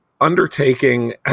undertaking